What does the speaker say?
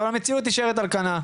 אבל המציאות נשארת על כנה.